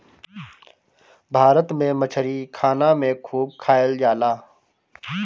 भारत में मछरी खाना में खूब खाएल जाला